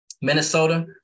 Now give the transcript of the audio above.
Minnesota